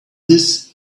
this